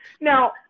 Now